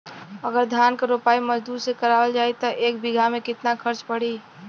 अगर धान क रोपाई मजदूर से करावल जाई त एक बिघा में कितना खर्च पड़ी?